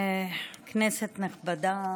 כנסת נכבדה,